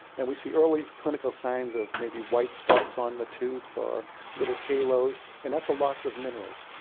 and we see early clinical signs of maybe white spots on the tooth or little halos, and that's a loss of minerals.